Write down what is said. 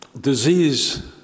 disease